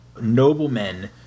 noblemen